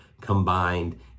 combined